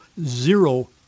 zero